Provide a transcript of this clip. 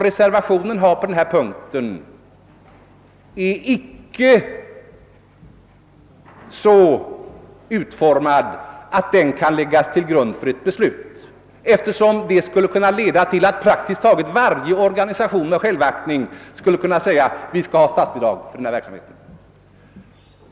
Reservationen är på denna punkt icke så utformad att den kan läggas till grund för ett beslut, eftersom det skulle kunna leda till att praktiskt taget varje organisation med självaktning skulle kunna säga: Vi skall ha statsbidrag för den här verksamheten!